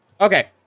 okay